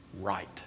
right